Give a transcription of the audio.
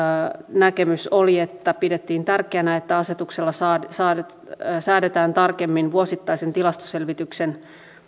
näkemys oli että pidettiin tärkeänä että asetuksella säädetään tarkemmin vuosittaiseen tilastoselvitykseen